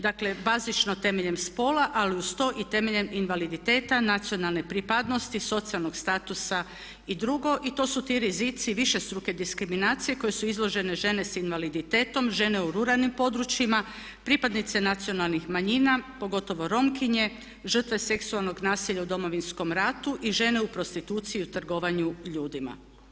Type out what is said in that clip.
Dakle, bazično temeljem spola ali uz to i temeljem invaliditeta, nacionalne pripadnosti, socijalnog statusa i drugo i to su ti rizici višestruke diskriminacije koje su izložene žene s invaliditetom, žene u ruralnim područjima, pripadnice nacionalnih manjina pogotovo Romkinje, žrtve seksualnog nasilja u Domovinskom ratu i žene u prostituciji i u trgovanju ljudima.